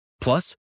Plus